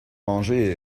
manger